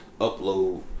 upload